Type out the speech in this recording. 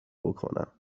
بکنم